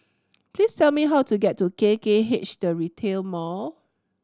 please tell me how to get to K K H The Retail Mall